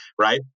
right